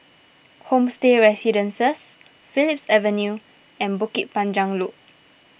Homestay Residences Phillips Avenue and Bukit Panjang Loop